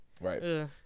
right